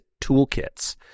toolkits